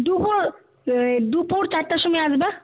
দুপুর দুপুর চারটার সময় আসবে